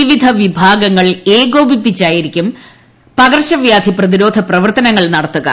വിവിധ വിഭാഗങ്ങൾ ഏകോപിപ്പിച്ചായിരിക്കും പകർച്ചവ്യാധി പ്രതിരോധ പ്രവർത്തനങ്ങൾ നടത്തുക